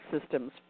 systems